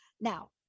Now